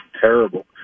terrible